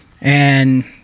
and-